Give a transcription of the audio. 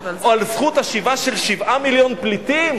או על זכות השיבה של 7 מיליון פליטים?